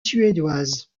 suédoise